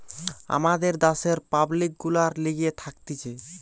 আমাদের দ্যাশের পাবলিক গুলার লিগে থাকতিছে